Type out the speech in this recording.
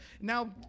Now